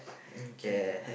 okay